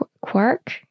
quark